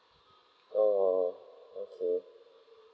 oh okay